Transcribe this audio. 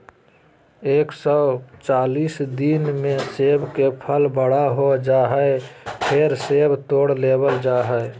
एक सौ चालीस दिना मे सेब के फल बड़ा हो जा हय, फेर सेब तोड़ लेबल जा हय